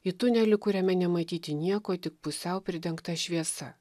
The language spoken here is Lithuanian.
į tunelį kuriame nematyti nieko tik pusiau pridengta šviesa